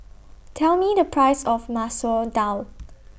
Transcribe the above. Tell Me The Price of Masoor Dal